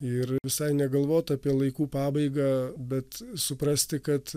ir visai negalvoti apie laikų pabaigą bet suprasti kad